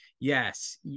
yes